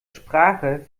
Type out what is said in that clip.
sprache